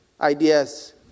ideas